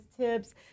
tips